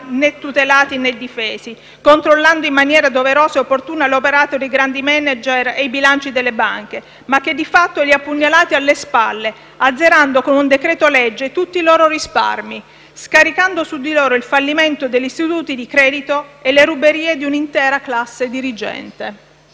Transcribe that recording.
né tutelati né difesi, controllando in maniera doverosa e opportuna l'operato dei grandi *manager* e i bilanci delle banche, ma che di fatto li ha pugnalati alle spalle, azzerando con un decreto-legge tutti i loro risparmi, scaricando su di loro il fallimento degli istituti di credito e le ruberie di un'intera classe dirigente.